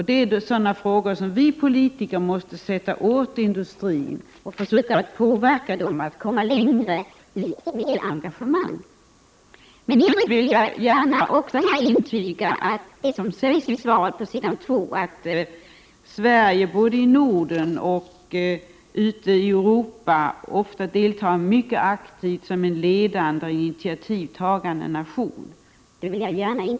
Det är i sådana frågor som vi politiker måste sätta åt industrin och försöka påverka den att komma längre i sitt miljöengagemang. I övrigt vill jag här också gärna instämma i det som sägs på sid. 2 i det utdelade svaret om att Sverige både i Norden och ute i Europa ofta deltar mycket aktivt ”som en ledande och initiativtagande nation”. Det vill jag gärna intyga.